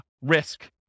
risk